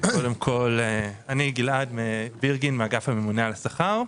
אני מאגף הממונה על השכר.